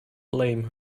blame